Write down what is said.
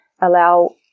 allow